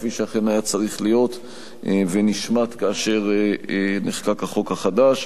כפי שאכן היה צריך להיות ונשמט כאשר נחקק החוק החדש.